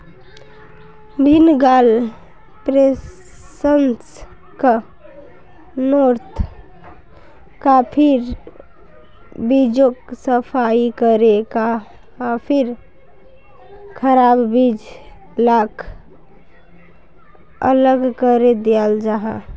भीन्गाल प्रशंस्कर्नोत काफिर बीजोक सफाई करे काफिर खराब बीज लाक अलग करे दियाल जाहा